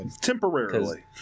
Temporarily